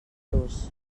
los